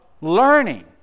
learning